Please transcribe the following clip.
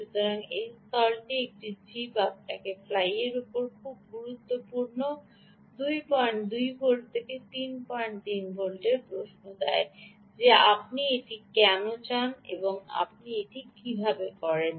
সুতরাং এই স্থলটি এই চিপটি আপনাকে ফ্লাইয়ের উপরে খুব গুরুত্বপূর্ণভাবে 22 ভোল্ট থেকে 33 ভোল্টের প্রশ্ন দেয় যে আপনি এটি কেন চান এবং আপনি এটি কীভাবে করেন